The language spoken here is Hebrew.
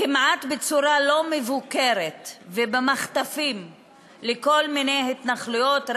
כמעט בצורה לא מבוקרת ובמחטפים לכל מיני התנחלויות.